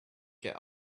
get